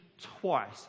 twice